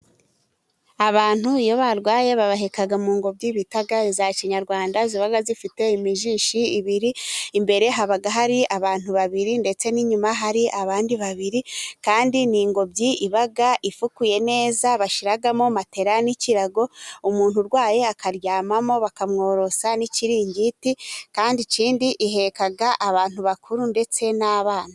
Abantu iyo barwaye babaheka mu ngobyi bitaga iza kinyarwanda ziba zifite imijishi ebyiri, imbere haba hari abantu babiri ndetse n'inyuma hari abandi babiri, kandi ni ingobyi iba ifukuye neza bashyiramo matela n'ikirago umuntu urwaye akaryamamo bakamworosa n'ikiringiti, kandi ikindi iheka abantu bakuru ndetse n'abana.